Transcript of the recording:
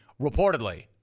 reportedly